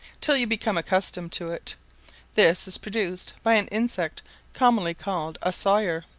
till you become accustomed to it this is produced by an insect commonly called a sawyer.